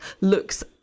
looks